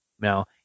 Now